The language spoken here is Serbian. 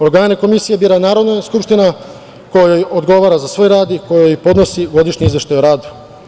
Ograne Komisije bira Narodna skupština, kojoj odgovara za svoj rad i kojoj podnosi godišnji izveštaj o radu.